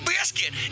Biscuit